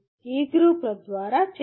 ఇ గ్రూపుల ద్వారా చర్యలు